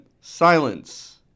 silence